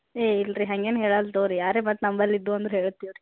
ಏಯ್ ಇಲ್ರಿ ಹಂಗೇನು ಹೇಳಲ್ಲ ತೊಗೋ ರೀ ಯಾರೇ ಬಂದು ನಮ್ಮಲ್ಲಿದ್ದು ಅಂದ್ರೆ ಹೇಳ್ತೀವಿ ರೀ